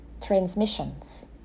transmissions